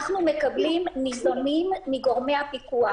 אנחנו ניזונים מגורמי הפיקוח.